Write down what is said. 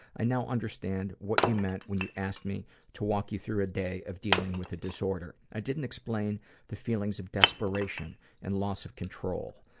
i now understand what you meant when you asked me to walk you through a day of dealing with a disorder. i didn't explain the feelings of desperation and loss of control,